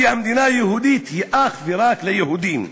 כי המדינה היהודית היא אך ורק ליהודים.